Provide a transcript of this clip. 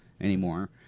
anymore